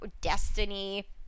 destiny